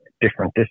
different